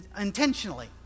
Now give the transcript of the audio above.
Intentionally